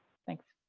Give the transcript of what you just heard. thanks.